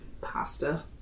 pasta